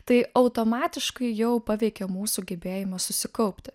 tai automatiškai jau paveikia mūsų gebėjimą susikaupti